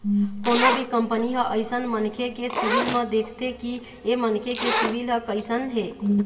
कोनो भी कंपनी ह अइसन मनखे के सिविल ल देखथे कि ऐ मनखे के सिविल ह कइसन हे